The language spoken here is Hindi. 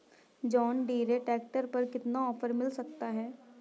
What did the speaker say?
जॉन डीरे ट्रैक्टर पर कितना ऑफर मिल सकता है?